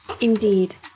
Indeed